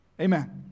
Amen